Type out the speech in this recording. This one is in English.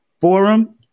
forum